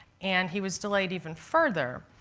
and he was delayed even further